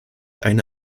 eine